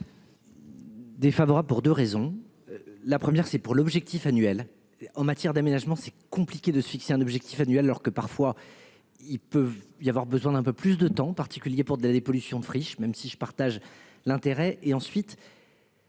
Défavorable pour deux raisons, la première c'est pour l'objectif annuel en matière d'aménagement. C'est compliqué de se fixer un objectif annuel lors que parfois, il peut y avoir besoin d'un peu plus de temps particulier pour de la dépollution de friches, même si je partage l'intérêt et ensuite.